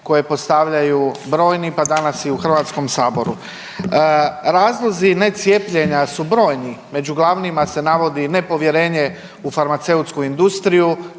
koje postavljaju brojni pa danas i u Hrvatskom saboru. Razlozi ne cijepljenja su brojni, među glavnima se navodi nepovjerenje u farmaceutsku industriju,